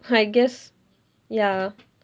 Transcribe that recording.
I guess ya